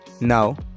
Now